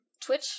Twitch